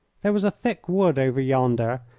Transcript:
there was a thick wood over yonder,